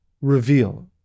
reveal